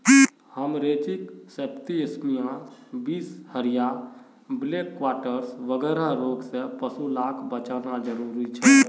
haemorrhagic septicaemia, बीसहरिया, black quarters वगैरह रोगों से पशु लाक बचाना ज़रूरी छे